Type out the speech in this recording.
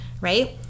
right